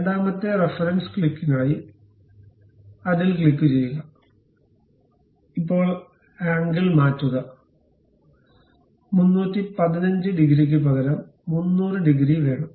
രണ്ടാമത്തെ റഫറൻസ് ക്ലിക്കിനായി അതിൽ ക്ലിക്കുചെയ്യുക ഇപ്പോൾ ആംഗിൾ മാറ്റുക 315 ഡിഗ്രിക്ക് പകരം 300 ഡിഗ്രി വേണം